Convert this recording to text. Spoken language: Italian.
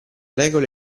regole